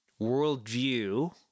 worldview